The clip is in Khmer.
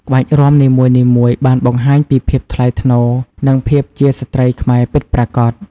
ក្បាច់រាំនីមួយៗបានបង្ហាញពីភាពថ្លៃថ្នូរ និងភាពជាស្ត្រីខ្មែរពិតប្រាកដ។